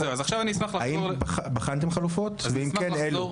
אם כן, אילו?